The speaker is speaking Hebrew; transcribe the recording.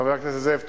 חבר הכנסת זאב,